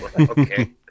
Okay